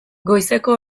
goizeko